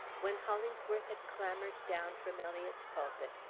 when hollingsworth had clambered down from eliot's pulpit,